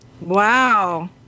Wow